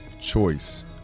choice